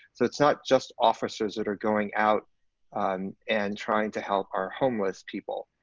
so it's not just officers that are going out and trying to help our homeless people.